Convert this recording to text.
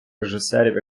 режисерів